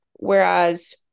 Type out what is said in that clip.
Whereas